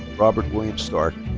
robert william stark.